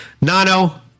nano